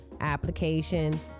application